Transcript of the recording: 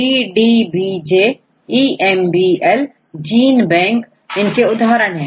DDBJEMBLजीन bank इनके उदाहरण हैं